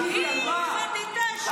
על מה --- את אשמה.